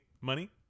Money